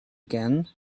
again